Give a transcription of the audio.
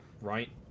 right